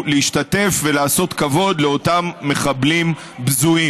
להשתתף ולעשות כבוד לאותם מחבלים בזויים.